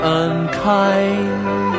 unkind